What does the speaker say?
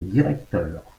directeur